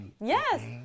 Yes